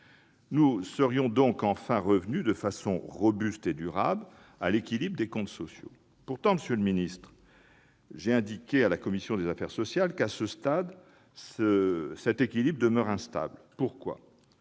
Nous serions donc enfin revenus de façon robuste et durable à l'équilibre des comptes sociaux. Pourtant, monsieur le ministre, j'ai indiqué à la commission des affaires sociales que, à ce stade, cet équilibre demeure instable, en raison